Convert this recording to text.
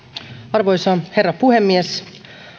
arvoisa herra puhemies